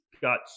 got